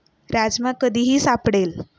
राजमा कधीही सापडेल